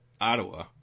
Ottawa